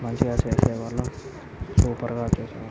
మంచిగా చేసే వాళ్ళం సూపర్గా చేసేవాళ్ళం